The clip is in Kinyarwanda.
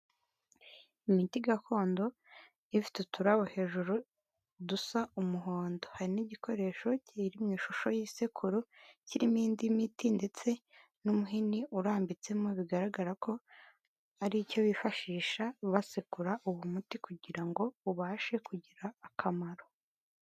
Imiti gakondo ifite uturabo hejuru dusa umuhondo, hari n'igikoresho kiri mu ishusho y'isekuru kirimo indi miti ndetse n'umuhini urambitsemo bigaragara ko ari icyo bifashisha basekura uwo muti kugira ngo ubashe kugira akamaro.